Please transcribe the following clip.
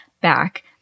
back